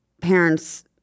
parents